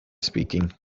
speaking